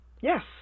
Yes